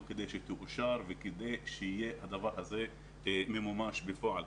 כדי שתאושר וכדי שהדבר הזה ימומש בפועל.